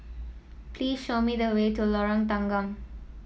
please show me the way to Lorong Tanggam